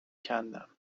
کندم